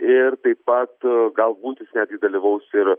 ir taip pat galbūt jis netgi dalyvaus ir